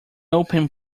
open